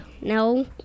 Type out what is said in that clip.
No